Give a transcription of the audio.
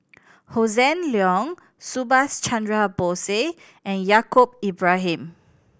Hossan Leong Subhas Chandra Bose and Yaacob Ibrahim